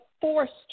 forced